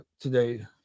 today